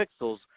Pixels